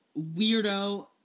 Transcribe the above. weirdo